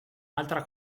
altra